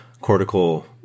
cortical